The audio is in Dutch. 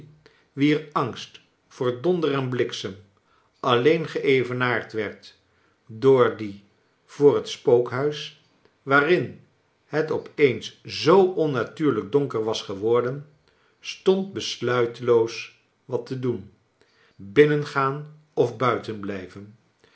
wier angst voor donder en bliksem alleen geevenaard werd door dien voor het spookhuis waarin het op eens zoo onnatuurlijk donker was geworden stond besluiteloos wat te doen binnengaan of buiten blijven